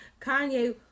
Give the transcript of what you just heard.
Kanye